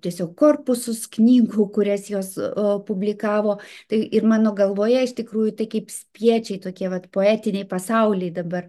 tiesiog korpusus knygų kurias jos publikavo tai ir mano galvoje iš tikrųjų tai kaip spiečiai tokie vat poetiniai pasauliai dabar